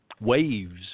waves